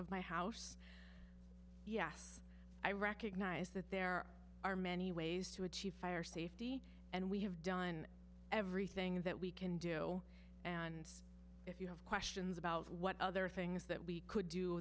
of my house yes i recognize that there are many ways to achieve fire safety and we have done everything that we can do and if you have questions about what other things that we could do